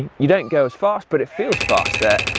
you don't go as fast but it feels faster.